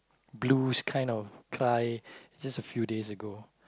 blues kind of cry just a few days ago